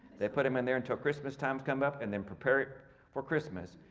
they put him in there until christmas times come up and then prepare it for christmas.